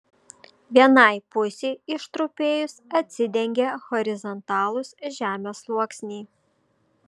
vienai pusei ištrupėjus atsidengė horizontalūs žemės sluoksniai